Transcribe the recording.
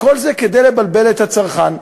וכל זה כדי לבלבל את הצרכן,